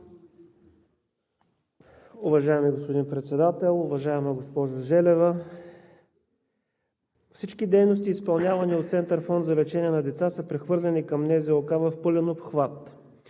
Уважаеми господин Председател! Уважаема госпожо Желева, всички дейности, изпълнявани от Център „Фонд за лечение на деца“, са прехвърлени към НЗОК в пълен обхват.